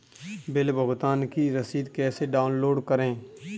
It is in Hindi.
बिल भुगतान की रसीद कैसे डाउनलोड करें?